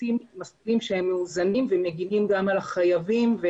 עושים מסלולים שהם מאוזנים ומגינים גם על החייבים.